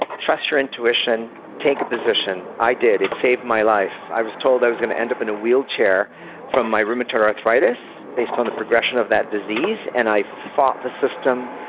trust your intuition take a position. i did it saved my life. i was told i was going to end up in a wheelchair from my rheumatoid arthritis based on the progression of that disease, and i fought the system,